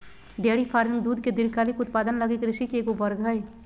dairy farming दूध के दीर्घकालिक उत्पादन लगी कृषि के एगो वर्ग हइ